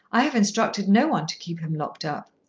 i have instructed no one to keep him locked up.